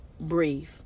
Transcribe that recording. breathe